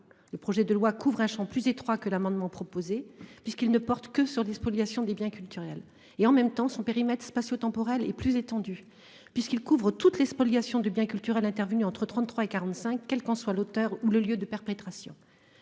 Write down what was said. le projet de loi couvre un Champ plus étroit que l'amendement proposé puisqu'ils ne portent que sur les spoliations des biens culturels et en même temps son périmètre spatio-temporel et plus étendu puisqu'il couvre toutes les spoliations de biens culturels intervenu entre 33 et 45, quel qu'en soit l'auteur ou le lieu de perpétration.